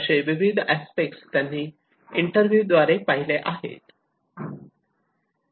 असे विविध अस्पेक्ट त्यांनी इंटरव्ह्यू द्वारे पाहिले आहेत